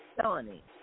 felony